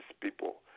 people